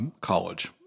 college